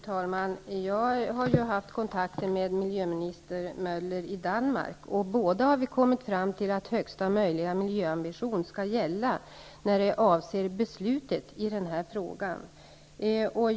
Fru talman! Jag har ju haft kontakter med miljöminister M ller i Danmark, och vi har båda kommit fram till att högsta möjliga miljöambition skall gälla vad avser beslutet i den här frågan.